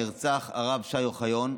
נרצח הרב שי אוחיון.